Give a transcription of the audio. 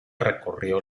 recorrió